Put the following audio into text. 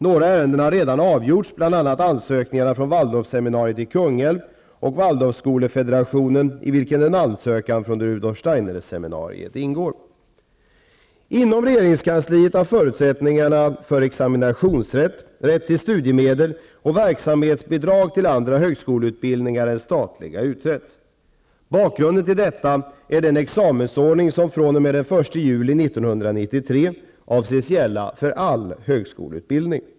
Några ärenden har redan avgjorts, bl.a. Inom regeringskansliet har förutsättningarna för examinationsrätt, rätt till studiemedel och verksamhetsbidrag till andra högskoleutbildningar än statliga utretts. Bakgrunden till detta är den examensordning som fr.o.m. den 1 juli 1992 avses gälla för all högskoleutbildning.